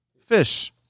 fish